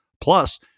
plus